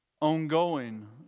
ongoing